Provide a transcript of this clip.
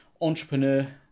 entrepreneur